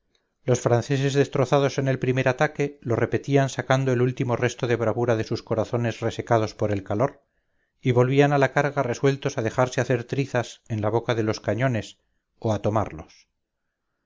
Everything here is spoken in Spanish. los franceses destrozados en el primer ataque lo repetían sacando el último resto de bravura de sus corazones resecados por el calor y volvían a la carga resueltos a dejarse hacer trizas en la boca de los cañones o tomarlos